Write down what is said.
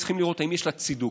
צריכים לראות אם יש לה צידוק,